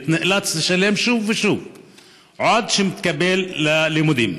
נאלץ לשלם שוב ושוב עד שהתקבל ללימודים.